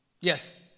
yes